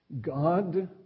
God